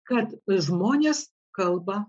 kad žmonės kalba